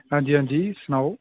अंजी अंजी सनाओ